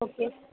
okay